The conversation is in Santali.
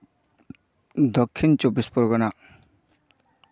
ᱫᱚᱠᱠᱷᱤᱱ ᱪᱚᱵᱽᱵᱤᱥ ᱯᱚᱨᱜᱚᱱᱟ